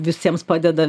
visiems padeda